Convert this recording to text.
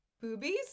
Boobies